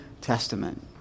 Testament